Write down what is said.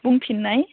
बुंफिननाय